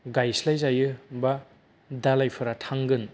गायस्लाय जायो बा दालायफोरा थांगोन